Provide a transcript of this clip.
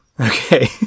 Okay